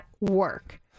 work